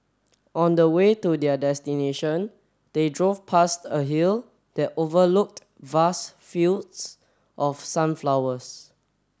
on the way to their destination they drove past a hill that overlooked vast fields of sunflowers